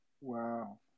wow